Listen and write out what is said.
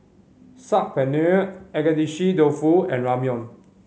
Saag Paneer Agedashi Dofu and Ramyeon